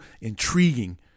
intriguing